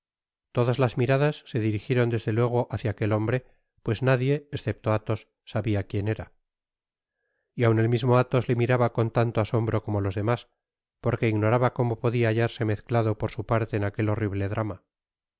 todas las miradas se dirigieron desde luego hácia aquel hombre pues nadie escepto athos sabia quien era y aun el mismo alhos le miraba con tanto asombro como los demás porque ignoraba como podia hallarse mezclado por su parte en aquel horrible drama